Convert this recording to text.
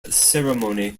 ceremony